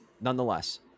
Nonetheless